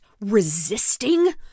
resisting